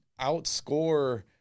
outscore